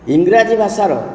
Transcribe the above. ଇଂରାଜୀ ଭାଷାର